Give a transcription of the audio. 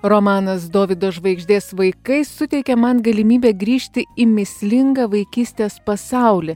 romanas dovydo žvaigždės vaikai suteikė man galimybę grįžti į mįslingą vaikystės pasaulį